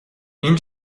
این